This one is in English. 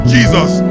Jesus